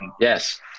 yes